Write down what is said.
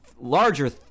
larger